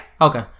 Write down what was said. Okay